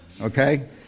Okay